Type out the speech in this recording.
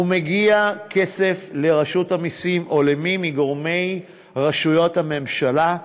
ומגיע כסף לרשות המסים או למי מגורמי רשויות הממשלה,